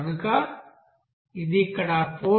కనుక ఇది ఇక్కడ 4